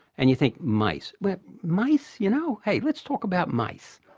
and you think, mice, but mice, you know, hey, let's talk about mice,